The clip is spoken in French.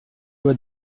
loi